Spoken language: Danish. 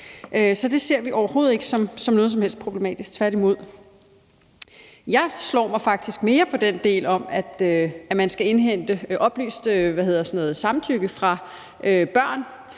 Så det ser vi overhovedet ikke som noget som helst problematisk, tværtimod. Jeg slår mig faktisk mere på den del om, at man skal indhente oplyst samtykke fra børn,